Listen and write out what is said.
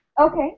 Okay